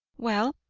well,